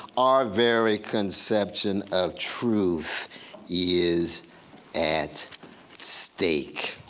our very conception of truth is at stake.